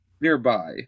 nearby